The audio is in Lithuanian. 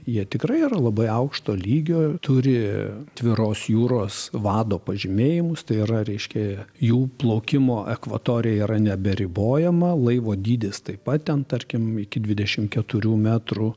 jie tikrai yra labai aukšto lygio turi atviros jūros vado pažymėjimus tai yra reiškia jų plaukimo akvatorija yra neberibojama laivo dydis taip pat ten tarkim iki dvidešim keturių metrų